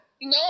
No